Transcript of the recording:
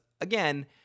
again